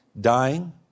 dying